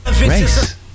Race